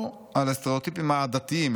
או על הסטראוטיפים העדתיים,